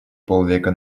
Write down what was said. полвека